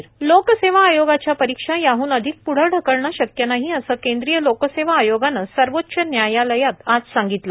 लोकसेवा आयोग परीक्षा लोक सेवा आयोगाच्या परीक्षा याहन अधिक प्ढे ढकलणं शक्य नाही असं केंद्रीय लोकसेवा आयोगानं सर्वोच्च न्यायालयात आज सांगितलं